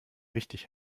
richtig